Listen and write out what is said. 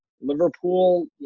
Liverpool